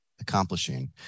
accomplishing